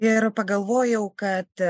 ir pagalvojau kad